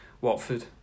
Watford